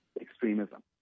extremism